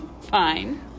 Fine